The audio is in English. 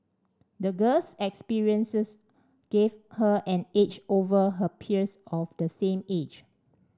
the girl's experiences gave her an edge over her peers of the same age